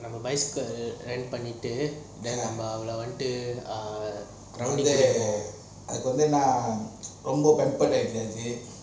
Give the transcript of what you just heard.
bicycle run பங்கிட்டு நம்ம ஆவலை வந்து:panitu namma aavala vantu eh round கூட்டிட்டு போவோம்:kutitu povom